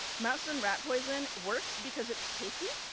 mouse and rat poison works because it's tasty.